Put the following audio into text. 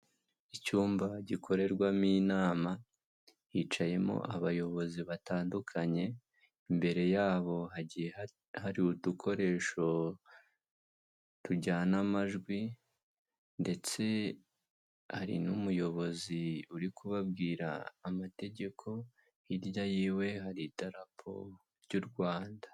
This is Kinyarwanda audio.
Icyumba gikorerwamo inama, hicayemo abayobozi batandukanye, imbere yabo hagiye hari udukoresho tujyana amajwi ndetse hari n'umuyobozi uri kubabwira amategeko, hirya y'iwe hari idarapo ry'u Rwanda.